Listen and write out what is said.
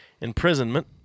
Imprisonment